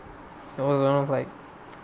I was around like